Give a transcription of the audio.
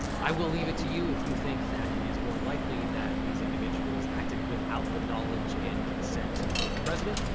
i will leave it to you if you think that it is more likely that these individuals acted without the knowledge and consent of the president,